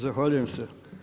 Zahvaljujem se.